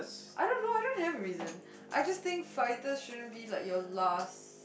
I don't know I don't have a reason I just think Fajitas shouldn't be like your last